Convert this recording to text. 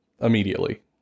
immediately